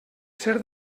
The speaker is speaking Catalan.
ser